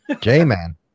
J-Man